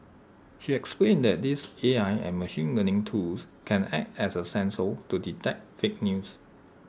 she explained that these A I and machine learning tools can act as A sensor to detect fake news